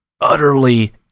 utterly